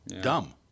dumb